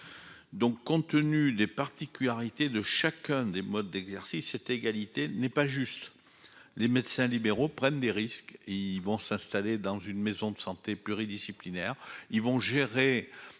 Donc compte tenu des particularités de chacun des modes d'exercice cette égalité n'est pas juste. Les médecins libéraux. Prennent des risques, ils vont s'installer dans une maison de santé pluridisciplinaire ils vont gérer,